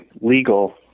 legal